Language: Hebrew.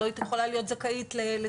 לא יכולה להיות זכאית לסבסוד,